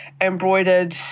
embroidered